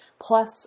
plus